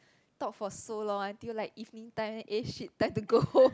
talk for so long until like evening time eh !shit! time to go home